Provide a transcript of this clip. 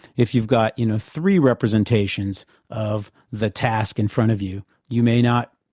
if you've got, you know, three representations of the task in front of you, you may not